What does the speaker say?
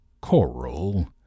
coral